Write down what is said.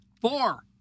Four